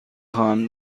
خواهم